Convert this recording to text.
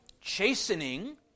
chastening